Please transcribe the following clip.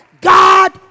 God